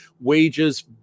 Wages